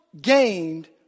gained